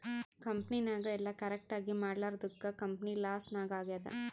ಕಂಪನಿನಾಗ್ ಎಲ್ಲ ಕರೆಕ್ಟ್ ಆಗೀ ಮಾಡ್ಲಾರ್ದುಕ್ ಕಂಪನಿ ಲಾಸ್ ನಾಗ್ ಆಗ್ಯಾದ್